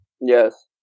Yes